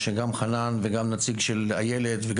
לחנן ולמינהלת אנחנו